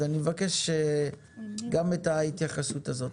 אז אני מבקש גם את ההתייחסות הזאת.